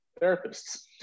therapists